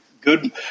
Good